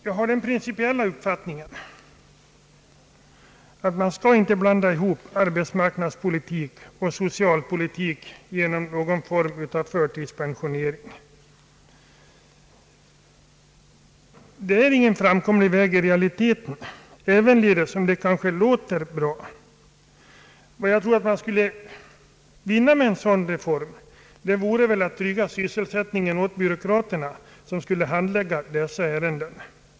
Jag har den principiella uppfattningen, att man inte skall blanda ihop arbeismarknadspolitik och socialpolitik genom någon form av förtidspensionering. Det är i realiteten ingen framkomlig väg, även om det låter bra. Vad man skulle vinna med en sådan reform vore väl att trygga sysselsättningen åt byråkraterna som skulle handlägga dessa ärenden.